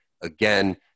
again